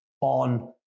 on